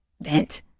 vent